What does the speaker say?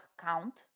count